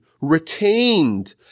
retained